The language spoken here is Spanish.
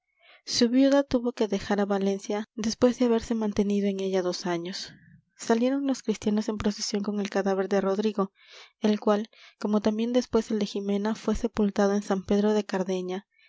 su viuda tuvo que dejar á valencia después de haberse mantenido en ella dos años salieron los cristianos en procesión con el cadáver de rodrigo el cual como también después el de jimena fué sepultado en san pedro de cardeña